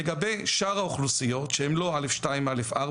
לגבי שאר האוכלוסיות שהם לא א/2-א/4,